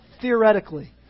Theoretically